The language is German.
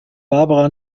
barbara